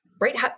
Right